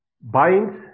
binds